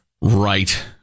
Right